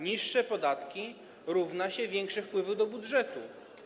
Niższe podatki równa się większe wpływy do budżetu.